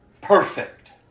perfect